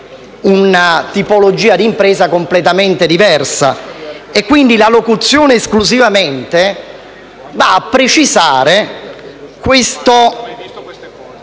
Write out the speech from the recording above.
una tipologia d'impresa completamente diversa; quindi la locuzione «esclusivamente» va a precisare questa